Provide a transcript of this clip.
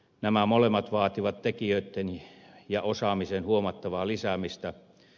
nämä molemmat vaativat tekijöiden ja osaamisen huomattavaa lisäämistä